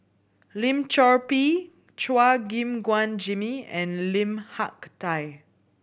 Lim Chor Pee Chua Gim Guan Jimmy and Lim Hak Tai